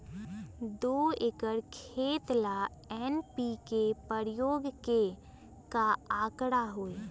दो एकर खेत ला एन.पी.के उपयोग के का आंकड़ा होई?